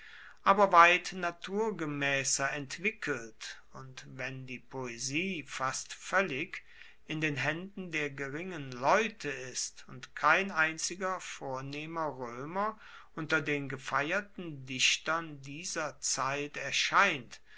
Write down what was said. aber weit naturgemaesser entwickelt und wenn die poesie fast voellig in den haenden der geringen leute ist und kein einziger vornehmer roemer unter den gefeierten dichtern dieser zeit erscheint